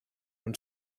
when